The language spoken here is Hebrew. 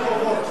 תודה רבה.